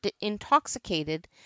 intoxicated